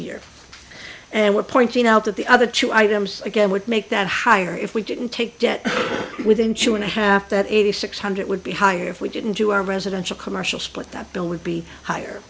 year and we're pointing out that the other two items again would make that higher if we didn't take debt within two and a half that eighty six hundred would be higher if we didn't do our residential commercial split that bill would be higher